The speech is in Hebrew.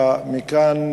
לשלוח מכאן